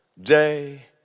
day